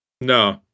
no